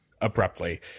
abruptly